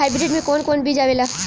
Hybrid में कोवन कोवन बीज आवेला?